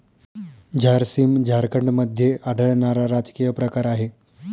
झारसीम झारखंडमध्ये आढळणारा राजकीय प्रकार आहे